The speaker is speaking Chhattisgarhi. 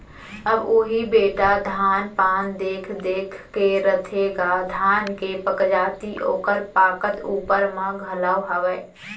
अब उही बेटा धान पान देख देख के रथेगा धान के पगजाति ओकर पाकत ऊपर म घलौ हावय